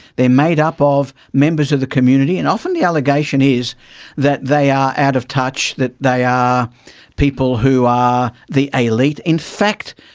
they are made up of members of the community, and often the allegation is that they are out of touch, that they are people who are the elite. in fact,